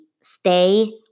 stay